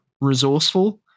resourceful